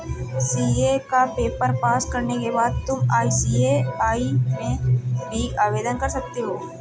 CA का paper pass करने के बाद तुम आई.सी.ए.आई में भी आवेदन कर सकते हो